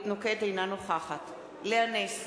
אינה נוכחת לאה נס,